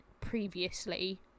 previously